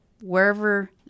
wherever